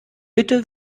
bitte